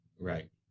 Right